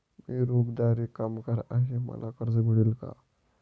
मी रोजंदारी कामगार आहे मला कर्ज मिळेल का?